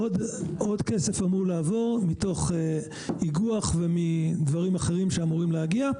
עוד כסף אמור לעבור מתוך איגוח ומדברים אחרים שאמורים להגיע.